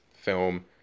film